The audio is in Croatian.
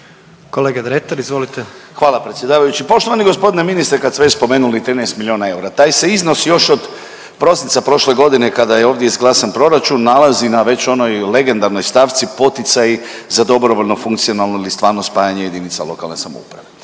**Dretar, Davor (DP)** Hvala predsjedavajući. Poštovani g. ministre, kad ste već spomenuli 13 milijuna eura, taj se iznos još od prosinca prošle godine kada je ovdje izglasan proračun nalazi na već onoj legendarnoj stavci „poticaji za dobrovoljno funkcionalno ili stvarno spajanje JLS“. Sutra